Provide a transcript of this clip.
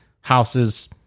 houses